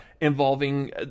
involving